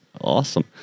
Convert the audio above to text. Awesome